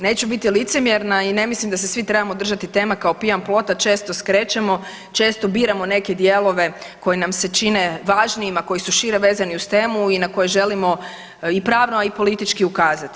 Neću biti licemjerna i ne mislim da se svi trebamo držati teme kao pijan plota, često skrećemo, često biramo neke dijelove koji nam se čine važnijima a koji su šire vezani uz temu i na koje želimo i pravno, a i politički ukazati.